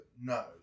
no